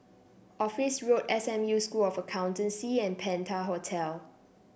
Office Road S M U School of Accountancy and Penta Hotel